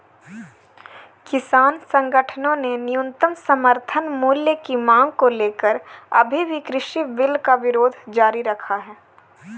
किसान संगठनों ने न्यूनतम समर्थन मूल्य की मांग को लेकर अभी भी कृषि बिल का विरोध जारी रखा है